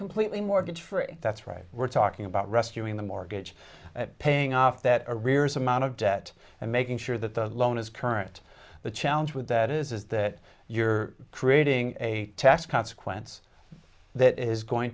completely mortgage free that's right we're talking about rescuing the mortgage paying off that arrears amount of debt and making sure that the loan is current the challenge with that is is that you're creating a tax consequence that is going